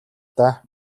даа